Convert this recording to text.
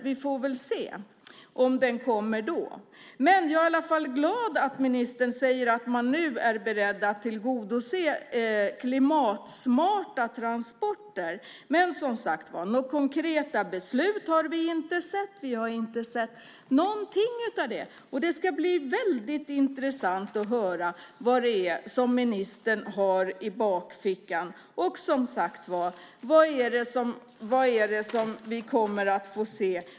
Vi får väl se om den kommer då. Jag är i alla fall glad att ministern säger att man nu är beredd att tillgodose behovet av klimatsmarta transporter. Men några konkreta beslut har vi som sagt inte sett. Vi har inte sett någonting av det. Det ska bli väldigt intressant att höra vad ministern har i bakfickan. Och, som sagt var: Vad är det vi kommer att få se?